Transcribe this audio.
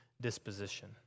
disposition